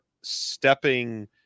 stepping